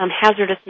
hazardous